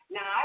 Now